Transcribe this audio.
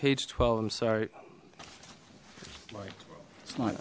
page twelve i'm sorry